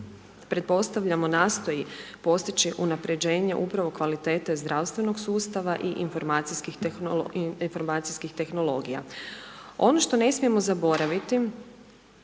pretpostavljamo, nastoji postići unaprjeđenje upravo kvalitete zdravstvenog sustava i informacijskih tehnologija. Ono što ne smijemo zaboraviti